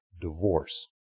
divorce